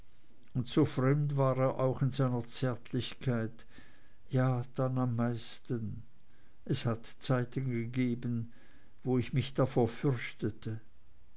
und fremd war er auch in seiner zärtlichkeit ja dann am meisten es hat zeiten gegeben wo ich mich davor fürchtete